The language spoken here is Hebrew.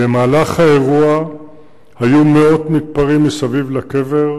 במהלך האירוע היו מאות מתפרעים מסביב לקבר,